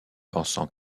pensant